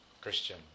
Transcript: Christian